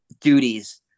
duties